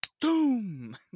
boom